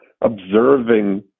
observing